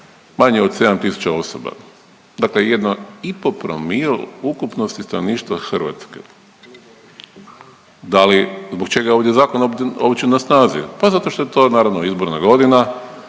manje od 7 tisuća osoba, dakle 1,5 promil ukupnosti stanovništva Hrvatske. Da li, zbog čega je ovdje zakon uopće na snazi? Pa zato što je to naravno izborna godina,